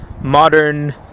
modern